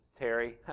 Terry